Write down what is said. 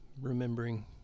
remembering